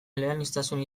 eleaniztun